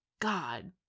God